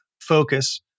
focus